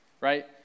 right